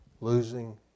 Losing